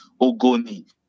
Ogoni